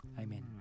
Amen